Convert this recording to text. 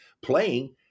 playing